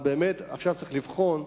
אבל עכשיו צריך לבחון,